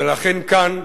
ולכן כאן,